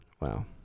Wow